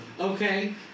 okay